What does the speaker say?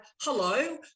hello